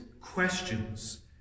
questions